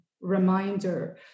reminder